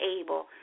able